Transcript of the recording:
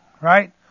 right